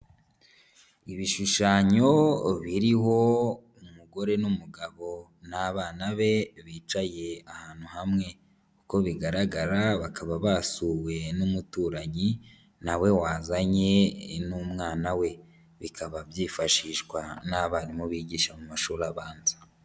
Ibishushanyo biriho umugore n'umugabo n'abana be bicaye ahantu hamwe, uko bigaragara bakaba basuwe n'umuturanyi nawe wazanye n'umwana we, bikaba byifashishwa n'abarimu bigisha mu mashuri abanza.